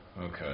Okay